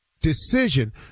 decision